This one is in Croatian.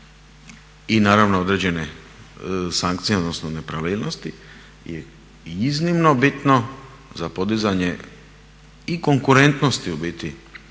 i naravno određene sankcije odnosno nepravilnosti i iznimno bitno za podizanje i konkurentnosti u biti